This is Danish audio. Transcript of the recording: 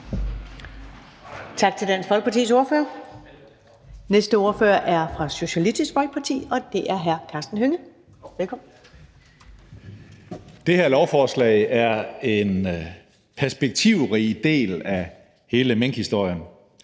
Tak til Dansk Folkepartis ordfører. Næste ordfører er fra Socialistisk Folkeparti, og det er hr. Karsten Hønge. Velkommen. Kl. 14:03 (Ordfører) Karsten Hønge (SF): Det her lovforslag er en perspektivrig del af hele minkhistorien.